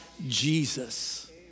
Jesus